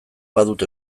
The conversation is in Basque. badut